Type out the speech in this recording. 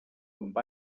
amb